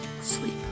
sleep